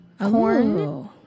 Corn